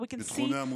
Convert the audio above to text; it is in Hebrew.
שרק הולך ומתהדק,